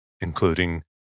including